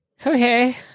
Okay